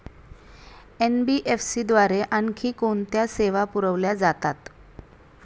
NBFC द्वारे आणखी कोणत्या सेवा पुरविल्या जातात?